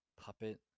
puppet